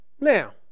now